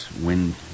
wind